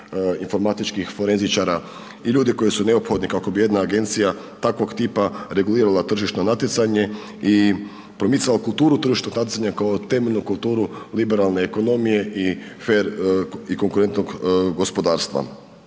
informatičkih forenzičara i ljudi koji su neophodni kako bi jedna agencija takvog tipa regulirala tržišno natjecanje i promicala kulturu tržišnog natjecanja kao temeljnu kulturu liberalne ekonomije i fer i konkurentnog gospodarstva.